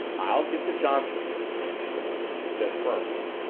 i'll get the johnsons', mr. anderson, she said firmly.